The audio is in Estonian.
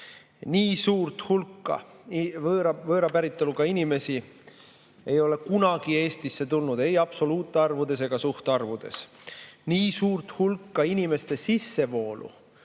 Nii suurt hulka võõra päritoluga inimesi ei ole kunagi Eestisse tulnud, ei absoluutarvudes ega suhtarvudes võttes. Nii suure hulga inimeste sissevoolu